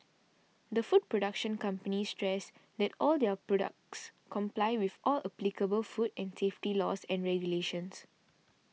the food production company stressed that all their products comply with all applicable food and safety laws and regulations